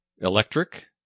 electric